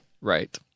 Right